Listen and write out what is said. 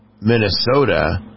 Minnesota